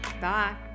Bye